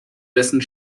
dessen